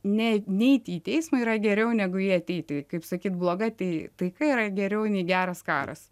ne neiti į teismą yra geriau negu į jį ateiti kaip sakyt bloga tai taika yra geriau nei geras karas